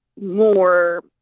more